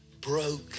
broke